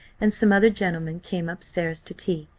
and some other gentlemen, came up stairs to tea,